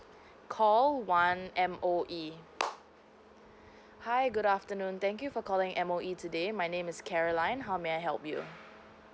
call one M_O_E hi good afternoon thank you for calling M_O_E today my name is caroline how may I help you